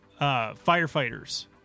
firefighters